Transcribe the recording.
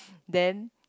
then